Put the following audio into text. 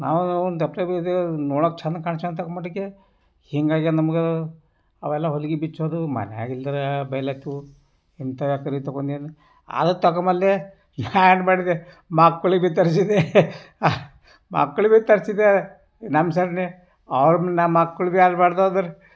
ನಾವು ಒಂದು ಅಪ್ಲೆ ನೋಡಕ್ಕೆ ಚಂದ ಕಾಣಸ್ಯಾವ ಅಂತ ತಕೊಂಬಟ್ಟಿಕೆ ಹಿಂಗಾಗ್ಯಾದ ನಮಗೆ ಅವೆಲ್ಲ ಹೊಲಿಗೆ ಬಿಚ್ಚೋದು ಮನೆಗ ಎಲ್ಲರೂ ಬೈಲತ್ತಿವು ಎಂಥ ಪರಿ ತಕ್ಕೊಂಡಿ ಏನು ಅದ್ರು ತಕೊಂಬಲ್ಲೆ ಮಕ್ಕಳಿಗೂ ತರಿಸಿದೆ ಮಕ್ಕಳಿಗೂ ತರಿಸಿದೆ ನಮ್ಮ ಸರನೆ ಅವರನ್ನು ನಮ್ಮ ಮಕ್ಳಿಗೆ